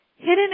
hidden